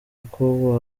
uko